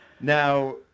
Now